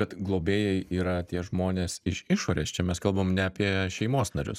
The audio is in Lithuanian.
bet globėjai yra tie žmonės iš išorės čia mes kalbam ne apie šeimos narius